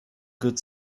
good